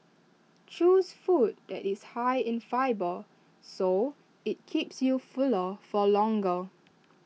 choose food that is high in fibre so IT keeps you fuller for longer